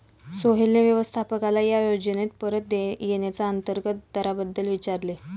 सोहेलने व्यवस्थापकाला या योजनेत परत येण्याच्या अंतर्गत दराबद्दल विचारले